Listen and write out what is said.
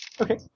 Okay